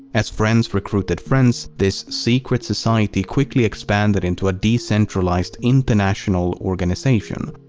as friends recruited friends, this secret society quickly expanded into a decentralized international organization.